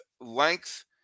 length